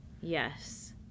Yes